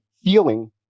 feeling